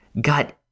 got